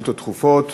דחופות.